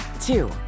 Two